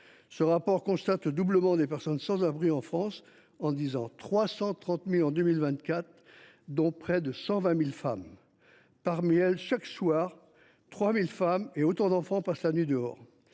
Ce rapport constate le doublement des personnes sans abri en France, en dix ans : 330 000 en 2024, dont près de 120 000 femmes. Parmi elles, chaque soir, 3 000 femmes et autant d’enfants passent la nuit dehors.